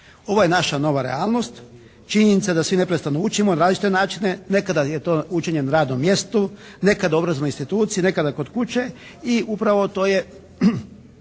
Ovo je naša nova realnost. Činjenica je da svi neprestano učimo na različite načine. Nekada je to učenje na radnom mjestu. Nekada u obrazovnoj instituciji. Nekada kod kuće i upravo to je,